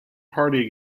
party